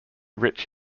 rich